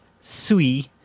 Sui